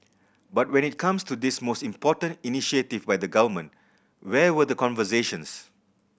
but when it comes to this most important initiative by the Government where were the conversations